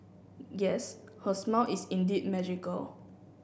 yes her smile is indeed magical